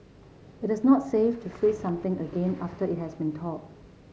it is not safe to freeze something again after it has thawed